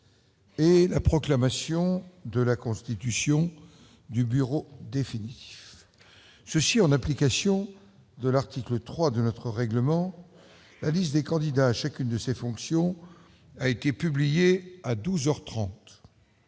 et la proclamation de la constitution du bureau définitif. Conformément à l'article 3 du règlement, la liste des candidats à chacune de ces fonctions a été publiée à douze